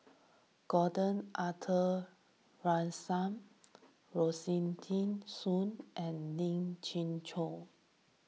Gordon Arthur Ransome Rosaline Soon and Lien Ying Chow